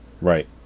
right